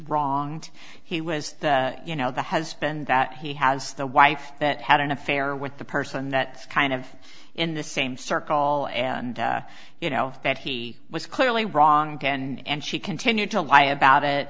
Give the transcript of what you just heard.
wrong he was you know the husband that he has the wife that had an affair with the person that kind of in the same circle and you know that he was clearly wrong and she continued to lie about it